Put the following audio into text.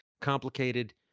complicated